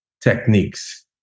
techniques